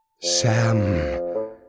Sam